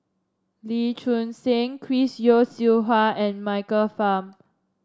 Lee Choon Seng Chris Yeo Siew Hua and Michael Fam